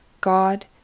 God